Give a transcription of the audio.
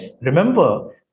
Remember